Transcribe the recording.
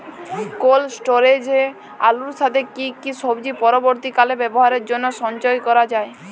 Cold স্টোরেজে আলুর সাথে কি কি সবজি পরবর্তীকালে ব্যবহারের জন্য সঞ্চয় করা যায়?